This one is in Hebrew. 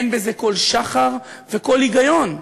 אין בזה כל שחר וכל היגיון.